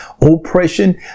oppression